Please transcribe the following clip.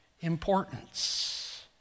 importance